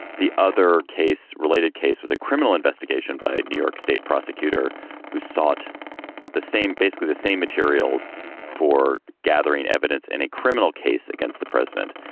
the other case related case was a criminal investigation by new york state prosecutor who sought the same basically the same materials for gathering evidence in a criminal case against the president.